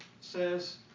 says